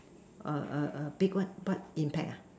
a a a big what what impact